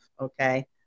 okay